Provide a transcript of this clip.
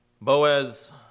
Boaz